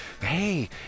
Hey